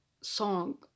song